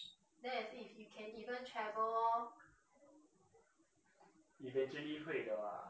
eventually 会的啦